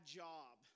job